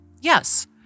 Yes